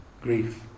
grief